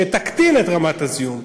שתקטין את רמת הזיהום.